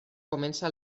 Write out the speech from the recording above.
comença